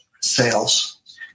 sales